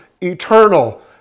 eternal